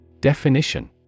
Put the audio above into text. Definition